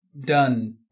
done